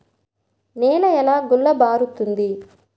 నేల ఎలా గుల్లబారుతుంది?